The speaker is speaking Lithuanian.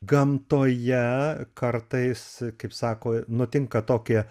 gamtoje kartais kaip sako nutinka tokie